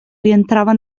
rientrava